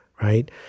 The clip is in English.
right